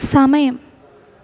സമയം